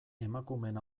emakumeen